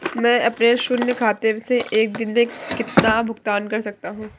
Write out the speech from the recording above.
मैं अपने शून्य खाते से एक दिन में कितना भुगतान कर सकता हूँ?